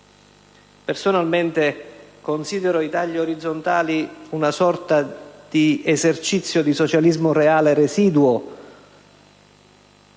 Personalmente considero i tagli orizzontali una sorta di esercizio di socialismo reale residuo